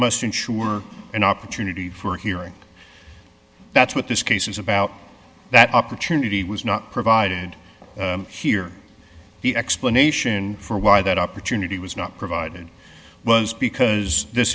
must ensure an opportunity for a hearing that's what this case is about that opportunity was not provided here the explanation for why that opportunity was not provided was because this